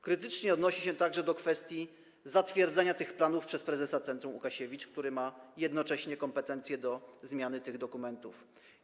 Krytycznie odnosi się także do kwestii zatwierdzania tych planów przez prezesa Centrum Łukasiewicz, który ma jednocześnie kompetencje do zmiany tych dokumentów.